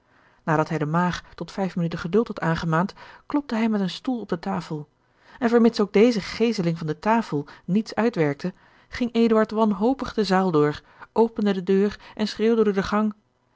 nadat hij de maag tot vijf minuten geduld had aangemaand klopte hij met een stoel op de tafel en vermits ook deze geeseling van de tafel niets uitwerkte ging eduard wanhopig de zaal door opende de deur en schreeuwde door den gang